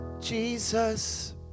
Jesus